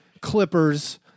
Clippers